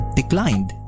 declined